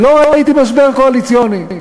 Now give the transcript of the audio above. ולא ראיתי משבר קואליציוני.